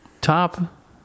top